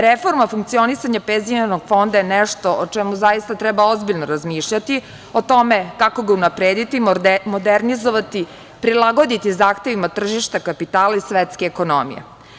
Reforma funkcionisanja penzionog fonda je nešto o čemu zaista treba ozbiljno razmišljati, o tome kako ga unaprediti, modernizovati, prilagoditi zahtevima tržišta kapitala i svetskoj ekonomiji.